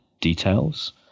details